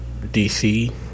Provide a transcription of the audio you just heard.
DC